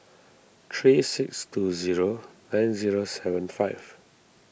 three six two zero nine zero seven five